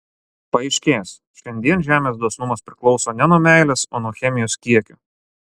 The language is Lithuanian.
paaiškės šiandien žemės dosnumas priklauso ne nuo meilės o nuo chemijos kiekio